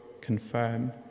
confirm